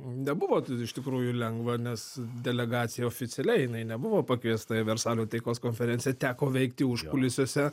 nebuvo iš tikrųjų lengva nes delegacija oficialiai jinai nebuvo pakviesta į versalio taikos konferenciją teko veikti užkulisiuose